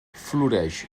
floreix